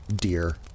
dear